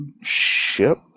ship